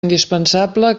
indispensable